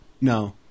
no